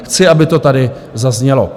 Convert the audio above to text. Chci, aby to tady zaznělo.